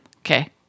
Okay